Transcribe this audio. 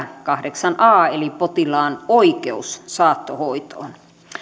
kahdeksas a pykälä potilaan oikeus saattohoitoon